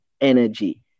energy